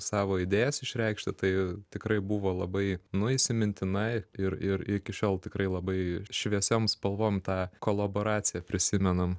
savo idėjas išreikšti tai tikrai buvo labai nu įsimintina ir ir iki šiol tikrai labai šviesiom spalvom tą kolaboraciją prisimenam